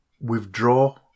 withdraw